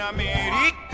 America